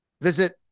Visit